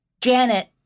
Janet